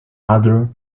other